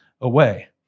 away